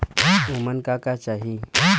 उमन का का चाही?